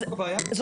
זאת הבעיה?